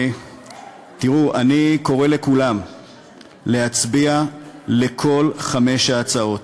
תראו, אני קורא לכולם להצביע בעד כל חמש ההצעות,